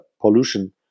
pollution